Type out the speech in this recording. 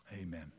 amen